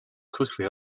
quickly